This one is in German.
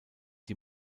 die